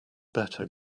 better